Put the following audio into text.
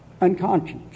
unconscious